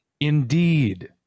Indeed